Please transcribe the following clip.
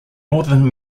northern